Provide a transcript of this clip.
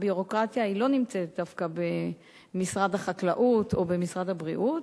הביורוקרטיה לא נמצאת דווקא במשרד החקלאות או במשרד הבריאות,